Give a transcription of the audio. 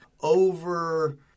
over